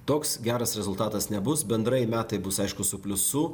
toks geras rezultatas nebus bendrai metai bus aišku su pliusu